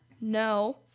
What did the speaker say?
No